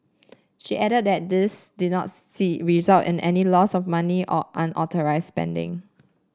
she added that this did not see result in any loss of money or unauthorised spending